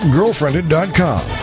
Girlfriended.com